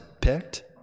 picked